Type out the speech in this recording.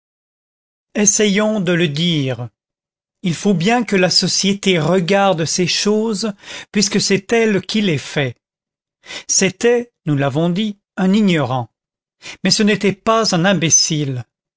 essayons de le dire il faut bien que la société regarde ces choses puisque c'est elle qui les fait c'était nous l'avons dit un ignorant mais ce n'était pas un imbécile